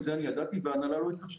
את זה אני ידעתי וההנהלה לא הכחישה,